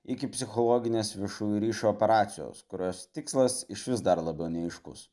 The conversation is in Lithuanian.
iki psichologinės viešųjų ryšių operacijos kurios tikslas išvis dar labiau neaiškus